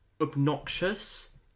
obnoxious